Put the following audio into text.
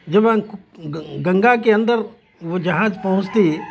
جو میں گنگا کے اندر وہ جہاز پہنچتی